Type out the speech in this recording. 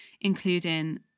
including